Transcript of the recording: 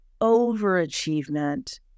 Overachievement